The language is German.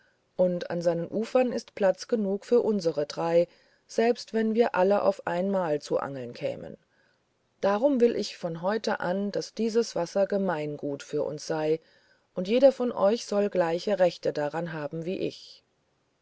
und an seinen ufern ist platz genug für unserer drei selbst wenn wir alle auf einmal zu angeln kämen darum will ich von heute an daß dieses wasser gemeingut für uns sei und jeder von euch soll gleiche rechte daran haben wie ich